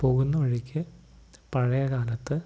പോകുന്നവഴിക്കു പഴയ കാലത്ത്